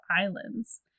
islands